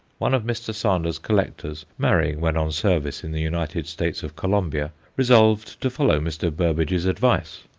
one of mr. sander's collectors, marrying when on service in the united states of colombia, resolved to follow mr. burbidge's advice.